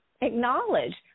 acknowledge